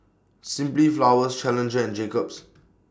Simply Flowers Challenger and Jacob's